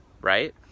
right